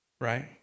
right